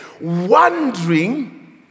wondering